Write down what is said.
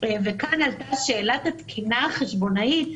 וכאן עלתה שאלת התקינה החשבונאית,